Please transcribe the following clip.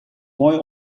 mooi